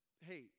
hey